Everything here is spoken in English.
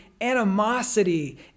animosity